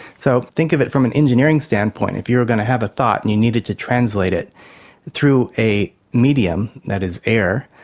so think of it from an engineering standpoint. if you were going to have a thought and you needed to translate it through a medium, that is air,